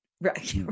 Right